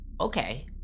Okay